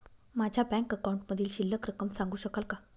माझ्या बँक अकाउंटमधील शिल्लक रक्कम सांगू शकाल का?